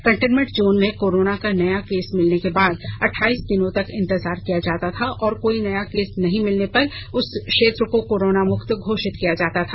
containment zone में corona का नया केस मिलने के बाद अठाइस दिनों तक इंतजार किया जाता था और कोई नया केस नहीं मिलने पर उस क्षेत्र को कोरोना मुक्त घोषित किया जाता था